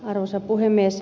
arvoisa puhemies